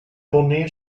tournee